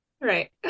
Right